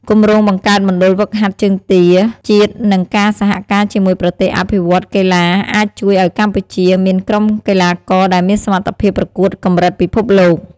គម្រោងបង្កើតមណ្ឌលហ្វឹកហាត់ជើងទាជាតិនិងការសហការជាមួយប្រទេសអភិវឌ្ឍន៍កីឡាអាចជួយឲ្យកម្ពុជាមានក្រុមកីឡាករដែលមានសមត្ថភាពប្រកួតកម្រិតពិភពលោក។